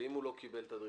אם הוא לא קיבל את הדרישה?